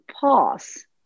pause